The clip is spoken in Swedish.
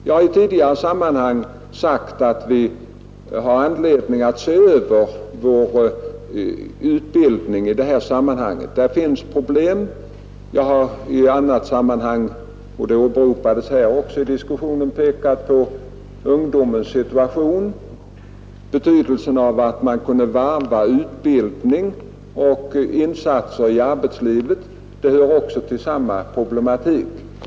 Jag har tidigare sagt att vi har all anledning att se över frågan om utbildningen, ty där finns problem. Jag har även i annat sammanhang, och problemet har berörts också här under diskussionen, pekat på ungdomens situation, betydelsen av att kunna varva utbildning och insatser i arbetslivet, vilka saker hör till samma problematik.